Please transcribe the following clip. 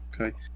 okay